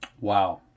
Wow